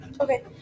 Okay